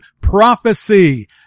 prophecy